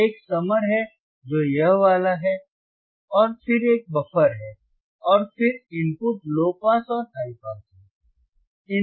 1 summer है जो यह वाला है और फिर एक बफर है और फिर इनपुट लो पास और हाई पास है